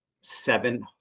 Seven